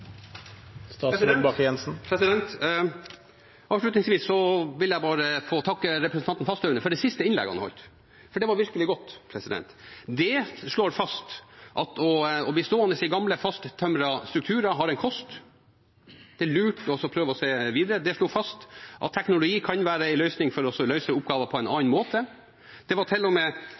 Avslutningsvis vil jeg få takke representanten Fasteraune for det siste innlegget han holdt, for det var virkelig godt. Det slo fast at å bli stående i gamle, fasttømrede strukturer har en kostnad, det er lurt å prøve å se videre. Det slo fast at teknologi kan være en løsning for å løse oppgaver på en annen måte.